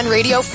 Radio